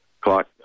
Clock